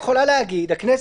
הכנסת,